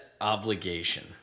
obligation